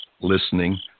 listening